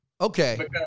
Okay